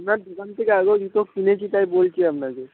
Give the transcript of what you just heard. আপনার দোকান থেকে আগেও জুতো কিনেছি তাই বলছি আপনাকে